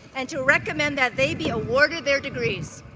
and to recommend that they be awarded their degrees.